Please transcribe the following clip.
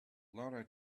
laura